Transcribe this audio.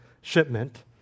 shipment